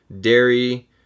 dairy